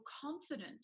confident